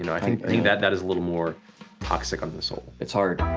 and i think think that that is a little more toxic on the soul. it's hard.